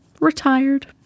retired